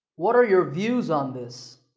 what are your views on this?